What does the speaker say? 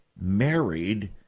married